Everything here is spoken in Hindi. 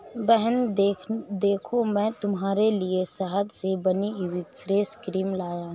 बहन देखो मैं तुम्हारे लिए शहद से बनी हुई फेस क्रीम लाया हूं